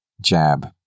jab